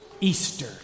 Easter